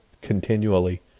continually